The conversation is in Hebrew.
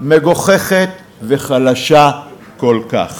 מגוחכת וחלשה כל כך.